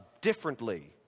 differently